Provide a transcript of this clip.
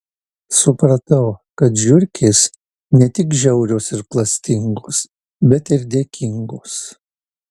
supratau kad žiurkės ne tik žiaurios ir klastingos bet ir dėkingos